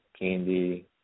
candy